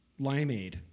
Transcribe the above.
limeade